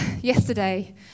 yesterday